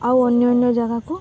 ଆଉ ଅନ୍ୟ ଅନ୍ୟ ଜାଗାକୁ